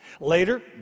Later